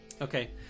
Okay